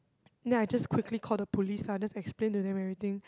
then I just quickly call the police lah just explain to them everything